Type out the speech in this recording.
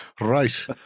Right